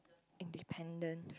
independent